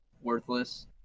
worthless